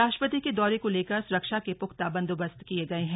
राष्ट्रपति के दौरे को लेकर सुरक्षा के पुख्ता बंदोबस्त किये गए हैं